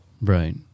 right